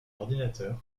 ordinateur